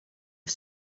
are